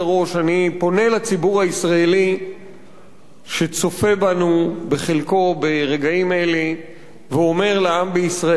אני פונה לציבור הישראלי שצופה בנו בחלקו ברגעים אלה ואומר לעם בישראל: